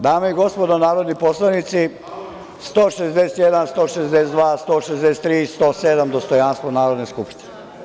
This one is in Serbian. Dame i gospodo narodni poslanici, 161, 162, 163. i 107, dostojanstvo Narodne skupštine.